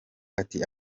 ati